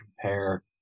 compare